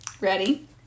Ready